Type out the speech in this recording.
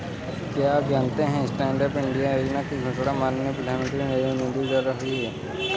क्या आप जानते है स्टैंडअप इंडिया योजना की घोषणा माननीय प्रधानमंत्री नरेंद्र मोदी द्वारा हुई?